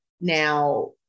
now